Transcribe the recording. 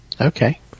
Okay